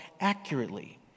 accurately